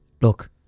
Look